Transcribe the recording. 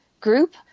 group